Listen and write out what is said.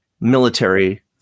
military